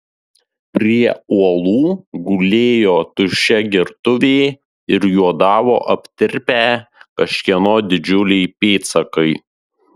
prie uolų gulėjo tuščia gertuvė ir juodavo aptirpę kažkieno didžiuliai pėdsakai